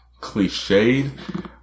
cliched